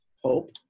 Hope